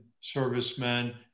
servicemen